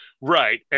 right